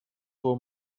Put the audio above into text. for